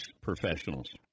professionals